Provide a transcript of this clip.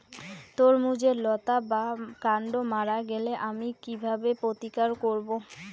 তরমুজের লতা বা কান্ড মারা গেলে আমি কীভাবে প্রতিকার করব?